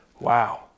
Wow